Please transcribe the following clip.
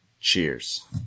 cheers